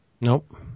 Nope